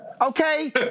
okay